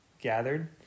gathered